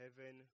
Heaven